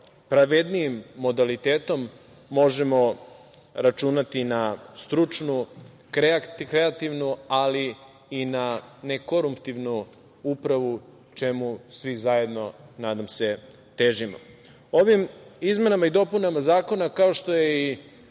pravednijim modalitetom možemo računati na stručnu, kreativnu, ali i na ne koruptivnu upravu čemu svi zajedno, nadam se težimo. Ovim izmenama zakona, kao što je i